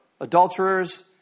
adulterers